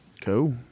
Cool